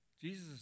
Jesus